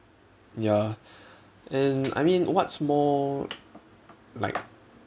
ya and I mean what's more like